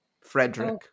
Frederick